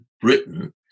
Britain